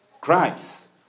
Christ